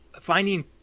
finding